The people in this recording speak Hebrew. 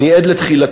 אני עד לתחילתו,